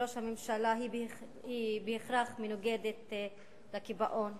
של ראש הממשלה, היא בהכרח מנוגדת לקיפאון.